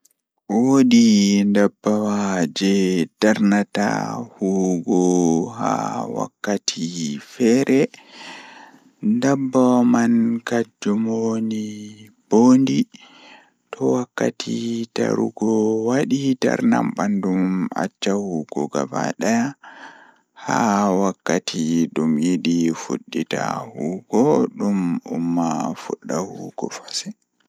Ko ngal waɗi haɗiiɗe ɓurɗo doole ngal ngonaaɓe so makko waɗi ngonaa e nder balɗe leydi aduna. Ko ɗum waɗani ngam hakkilgol cuɗii aduna, waɗduɗe no feewi e firdude leɗɗe e mum. Internet ngal waɗi kammuuji jogoriɗi hayru ngal ngam waɗde ngonaa e heɓde fayde e rewbhe e keewal leydi aduna